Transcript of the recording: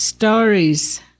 Stories